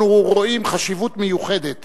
אנחנו רואים חשיבות מיוחדת